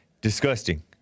Disgusting